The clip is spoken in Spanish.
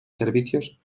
servicios